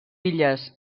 illes